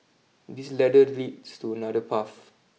this ladder leads to another path